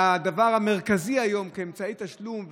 והדבר המרכזי היום כאמצעי תשלום ובכלל,